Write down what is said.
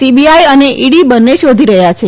CBI અને ED બંને શોધી રહ્યા છે